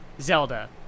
Zelda